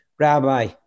Rabbi